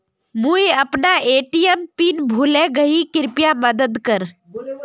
मुई अपना ATM pin भूले गही कृप्या मदद कर